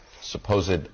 supposed